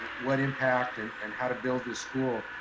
what impact and and how to build this school.